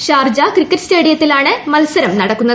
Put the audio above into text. Sharjah cricket സ്റ്റേഡിയ്ക്കിലാണ് മത്സരം നടക്കുന്നത്